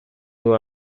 nuevo